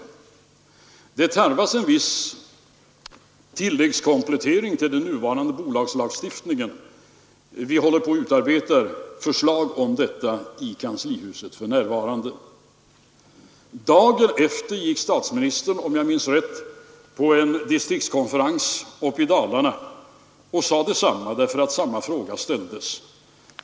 Det tarvas en viss komplettering till den nuvarande bolagslagstiftningen härför. Vi håller på att utarbeta förslag om detta i kanslihuset för närvarande. Om jag minns rätt sade statsministern dagen efter detsamma på en distriktskonferens uppe i Dalarna, då samma fråga ställdes till honom.